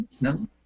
no